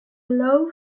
law